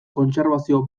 kontserbazio